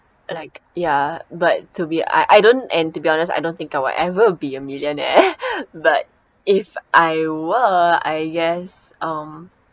like ya but to be I I don't and to be honest I don't think I will ever be a millionaire but if I were I guess um